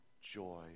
joy